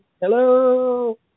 hello